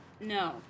no